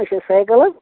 اچھا سایکل حظ